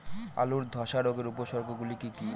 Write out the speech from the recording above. আলুর ধ্বসা রোগের উপসর্গগুলি কি কি?